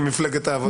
למפלגת העבודה.